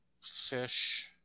Fish